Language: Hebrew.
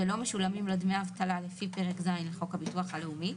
ולא משולמים לו דמי אבטלה לפי פרק ז' לחוק הביטוח הלאומי,